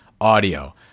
audio